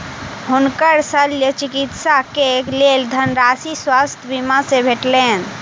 हुनकर शल्य चिकित्सा के लेल धनराशि स्वास्थ्य बीमा से भेटलैन